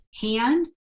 hand